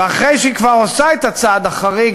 ואחרי שהיא כבר עושה את הצעד החריג,